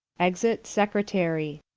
exit secret ary.